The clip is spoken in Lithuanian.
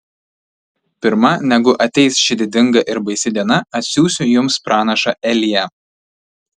pirma negu ateis ši didinga ir baisi diena atsiųsiu jums pranašą eliją